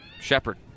Shepard